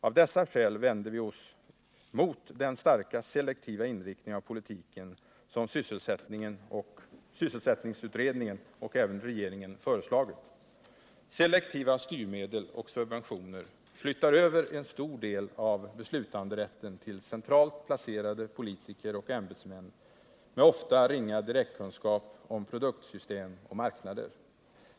Av dessa skäl vänder vi oss mot den starka selektiva inriktning av politiken som sysselsättningsutredningen och regeringen föreslagit. Selektiva styrmedel och subventioner flyttar över en stor del av beslutanderätten till centrait placerade politiker och ämbetsmän med ofta ringa direktkunskap om produktionssystem och marknader.